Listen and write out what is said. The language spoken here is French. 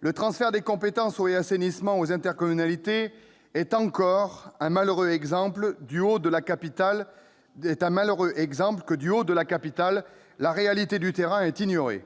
Le transfert des compétences « eau » et « assainissement » aux intercommunalités est encore un malheureux exemple que, du haut de la capitale, la réalité du terrain est ignorée